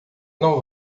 não